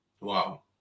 Wow